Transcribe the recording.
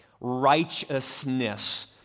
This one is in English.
Righteousness